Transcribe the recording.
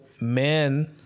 men